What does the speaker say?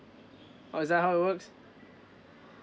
oh it's that how it works